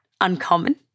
uncommon